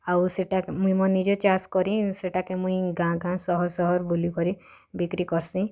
ଆଉ ସେଟାକେ ମୁଇଁ ମୋର୍ ନିଜେ ଚାଷ୍ କରି ସେଟାକେ ମୁଇଁ ଗାଁ ଗାଁ ସହର୍ ସହର୍ ବୁଲିକରି ବିକ୍ରି କର୍ସିଁ